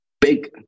big